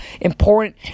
important